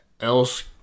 else